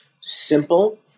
Simple